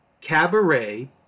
Cabaret